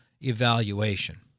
evaluation